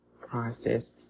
process